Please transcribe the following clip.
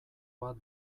bat